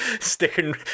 sticking